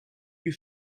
you